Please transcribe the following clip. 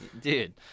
Dude